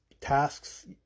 tasks